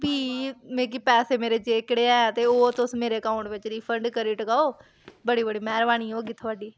फ्ही मिगी पैसे मेरे जेह्कड़े हैन ते ओह् तुस मेरे अकाउंट च रिफंड करी टकाओ बड़ी बड़ी मैह्रबानी होगी थुआढ़ी